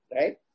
right